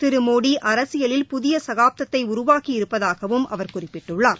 திரு மோடி அரசியலில் புதிய சகாப்தத்தை உருவாக்கி இருப்பதாகவும் அவர் குறிப்பிட்டுள்ளார்